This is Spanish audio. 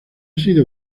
sido